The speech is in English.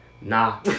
nah